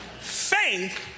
Faith